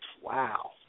Wow